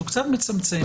הוא קצת מצמצמם.